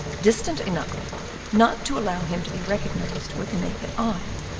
distant enough not to allow him to be recognized with the naked eye,